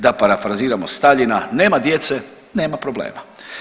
Da parafraziramo Staljina nema djece, nema problema.